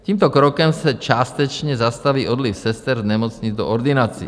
Tímto krokem se částečně zastaví odliv sester z nemocnic do ordinací.